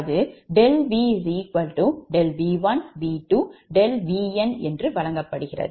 அது என்று வழங்கப்படுகிறது